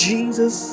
Jesus